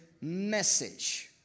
message